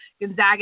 Gonzaga